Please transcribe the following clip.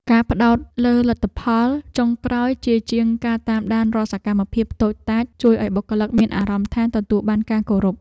ការផ្តោតលើលទ្ធផលចុងក្រោយជាជាងការតាមដានរាល់សកម្មភាពតូចតាចជួយឱ្យបុគ្គលិកមានអារម្មណ៍ថាទទួលបានការគោរព។